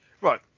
right